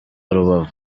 rubavu